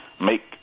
make